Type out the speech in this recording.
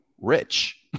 rich